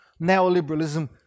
neoliberalism